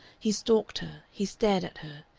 he stalked her, he stared at her,